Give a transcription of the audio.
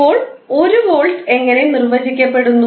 ഇപ്പോൾ 1 വോൾട്ട് എങ്ങനെ നിർവചിക്കപ്പെടുന്നു